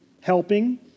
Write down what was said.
helping